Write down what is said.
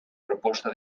proposta